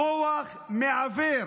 הכוח מעוור.